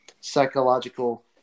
psychological